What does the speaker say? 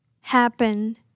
happen